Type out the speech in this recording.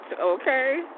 okay